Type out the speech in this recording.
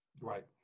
Right